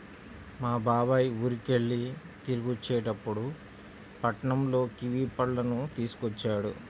మా బాబాయ్ ఊరికెళ్ళి తిరిగొచ్చేటప్పుడు పట్నంలో కివీ పళ్ళను తీసుకొచ్చాడు